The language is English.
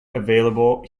available